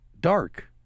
Dark